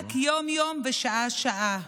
במאבק יום-יום ושעה-שעה.